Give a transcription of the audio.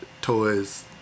toys